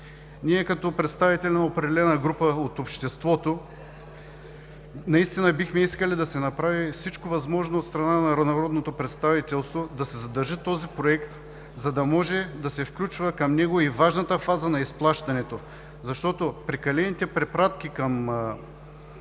Ние, като представители на определена група от обществото, наистина бихме искали да се направи всичко възможно от страна на народното представителство да се задържи този Проект, за да може да се включва към него и важната фаза на изплащането, защото прекалените препратки към